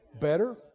better